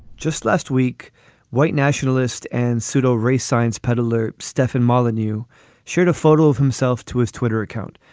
just last week white nationalist and pseudo race science peddler stefan mullen you shared a photo of himself to his twitter account.